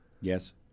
Yes